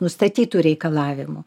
nustatytų reikalavimų